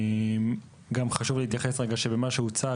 גם חשוב להתייחס אל מה שהוצג,